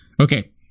Okay